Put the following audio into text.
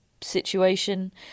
situation